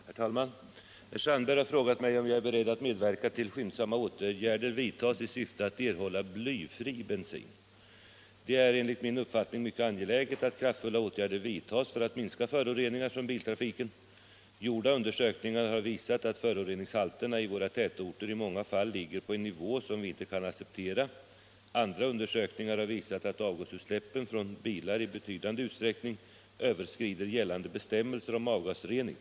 124, och anförde: Herr talman! Herr Sandberg har frågat mig om jag är beredd att medverka till att skyndsamma åtgärder vidtas i syfte att erhålla blyfri bensin. Det är enligt min uppfattning mycket angeläget att kraftfulla åtgärder vidtas för att minska föroreningarna från biltrafiken. Gjorda undersökningar har visat att föroreningshalterna i våra tätorter i många fall ligger på en nivå som vi inte kan acceptera. Andra undersökningar har visat att avgasutsläppen från bilar i betydande utsträckning överskrider gällande bestämmelser om avgasrening.